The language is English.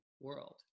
world